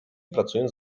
pracując